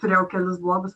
turėjau kelis blogus